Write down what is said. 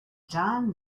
jon